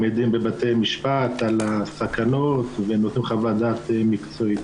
מעידים בבתי משפט על הסכנות ונותנים חוות דעת מקצועית